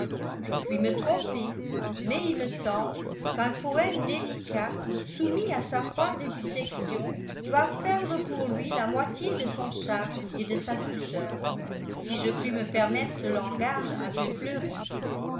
je puis me tromper mais il me semble qu'un poème délicat soumis à sa froide dissection doive perdre pour lui la moitié de son charme et de sa douceur si je puis me permettre ce langage un peu fleuri